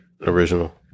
original